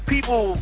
People